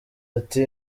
ati